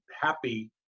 happy